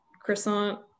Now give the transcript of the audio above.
croissant